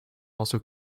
also